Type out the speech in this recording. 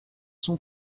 son